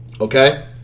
okay